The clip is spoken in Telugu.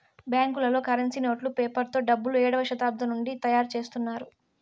బ్యాంకులలో కరెన్సీ నోట్లు పేపర్ తో డబ్బులు ఏడవ శతాబ్దం నుండి తయారుచేత్తున్నారు